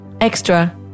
extra